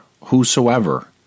whosoever